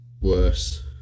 worse